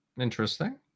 interesting